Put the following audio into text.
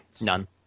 None